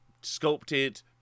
Sculpted